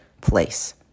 place